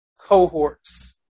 cohorts